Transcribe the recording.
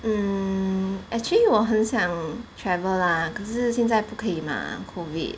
mm actually 我很想 travel 啦可是现在不可以 mah COVID